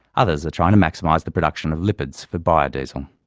others are trying to maximise the production of lipids for biodiesel.